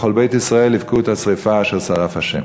וכל בית ישראל יבכו את השרפה אשר שרף ה'.